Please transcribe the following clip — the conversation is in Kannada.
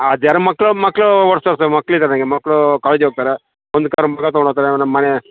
ಅದ್ಯಾರೋ ಮಕ್ಕಳು ಮಕ್ಕಳು ಓಡ್ಸ್ತಾರೆ ಸರ್ ಮಕ್ಳು ಇದಾರೆ ನನಗೆ ಮಕ್ಕಳು ಕಾಲೇಜಿಗೆ ಹೋಗ್ತರೆ ಒಂದು ಕಾರ್ ಮಗ ತಗೊಂಡು ಹೋಗ್ತಾನೆ ಒಂದು ಮನೆ